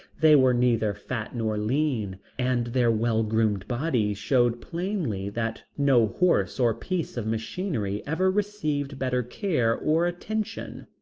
they were neither fat nor lean and their well-groomed bodies showed plainly that no horse or piece of machinery ever received better care or attention.